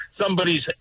somebody's